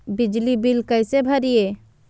बिजली बिल कैसे भरिए?